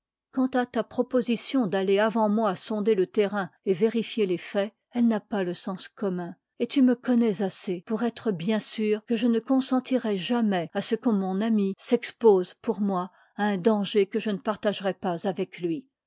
quant à ta proposition d'aller avant moi sonder le terrain et vérifier les taits elle n'a pas le scns commun et tu me connois assez pour être bien srtr que je ne consentirai jamais à ce que mou ami s'exp se pour m moi i un danger que je ne partagerois pas avec lui